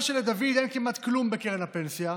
מכיוון שלדוד אין כמעט כלום בקרן הפנסיה,